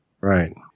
Right